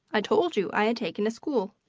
i told you i had taken a school.